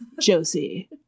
Josie